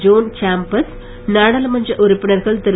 John chamber நாடாளுமன்ற உறுப்பினர்கள் திரு